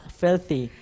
filthy